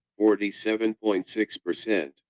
47.6%